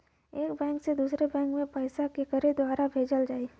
एक बैंक से दूसरे बैंक मे पैसा केकरे द्वारा भेजल जाई?